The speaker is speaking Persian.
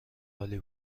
عالی